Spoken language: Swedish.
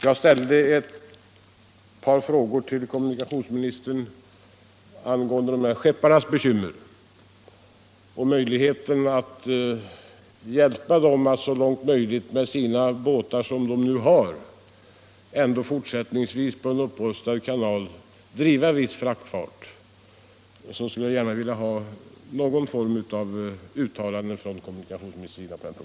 Jag ställde ett par frågor till kommunikationsministern angående skepparnas bekymmer och möjligheten att hjälpa dem att med båtar de nu har så långt som möjligt ändå fortsättningsvis på en upprustad kanal driva viss fraktfart. Jag skulle gärna vilja höra ett uttalande om detta från kommunikationsministern.